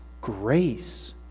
grace